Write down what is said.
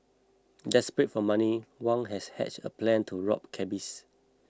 desperate for money Wang had hatched a plan to rob cabbies